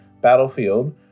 battlefield